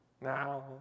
now